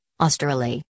Australia